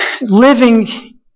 living